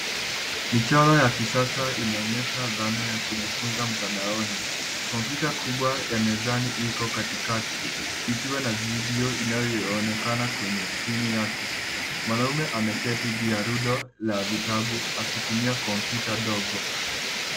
Michoro ya kisasa inaonyesha dhana ya kujifunza mtandaoni. Kompyta kubwa ya mezani iko Katikati ikiwa na video inayoonekana kwenye skrini yake. Mwanamke ameketi juu ya rundo la vitabu akitumia kompyuta dogo.